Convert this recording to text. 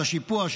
לשיפוע,